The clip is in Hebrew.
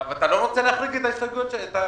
אבל אתה לא רוצה להחריג את האוכלוסיות שדיברנו עליהן?